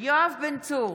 יואב בן צור,